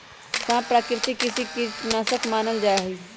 सांप प्राकृतिक कृषि कीट नाशक मानल जा हई